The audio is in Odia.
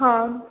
ହଁ